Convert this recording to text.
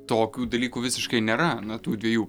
tokių dalykų visiškai nėra na tų dviejų